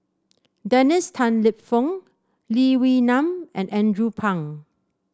Dennis Tan Lip Fong Lee Wee Nam and Andrew Phang